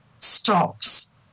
stops